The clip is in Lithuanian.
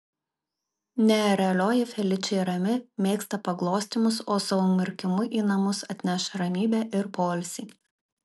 nerealioji feličė rami mėgsta paglostymus o savo murkimu į namus atneš ramybę ir poilsį